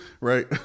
right